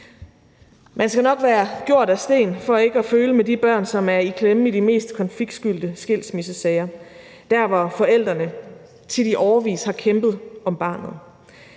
Man skal nok være gjort af sten for ikke at føle med de børn, som er i klemme i de mest konfliktfyldte skilsmissesager – der, hvor forældrene tit i årevis har kæmpet om barnet.